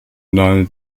nahe